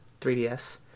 3DS